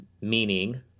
meaning